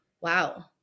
wow